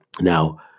Now